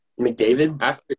McDavid